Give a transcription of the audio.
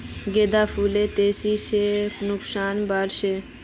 गेंदा फुल तेजी से कुंसम बार से?